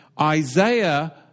isaiah